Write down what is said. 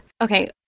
okay